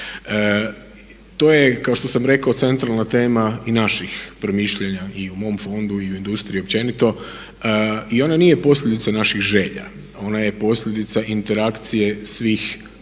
To je kao što sam rekao centralna tema i naših promišljanja i u mom fondu i u industriji općenito. I ona nije posljedica naših želja, ona je posljedica interakcije svih zakonskih